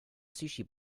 sushi